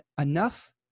enough